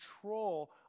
control